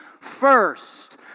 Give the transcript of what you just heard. first